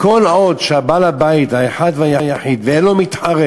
כל עוד בעל הבית האחד והיחיד שאין לו מתחרה